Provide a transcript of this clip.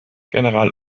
general